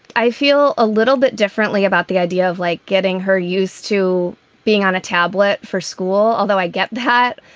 i feel a little bit differently about the idea of like getting her used to being on a tablet for school, although i get that.